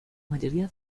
mayoría